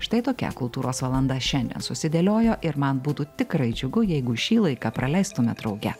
štai tokia kultūros valanda šiandien susidėliojo ir man būtų tikrai džiugu jeigu šį laiką praleistume drauge